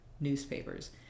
newspapers